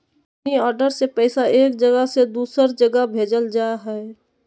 money order से पैसा एक जगह से दूसर जगह भेजल जा हय